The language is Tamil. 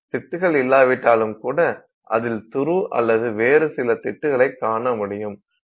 திட்டுகள் இல்லாவிட்டாலும் கூட இதில் துரு அல்லது வேறு சில திட்டுகளைக் காணமுடியும்